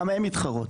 גם הן מתחרות.